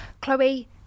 Chloe